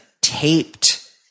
taped